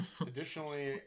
Additionally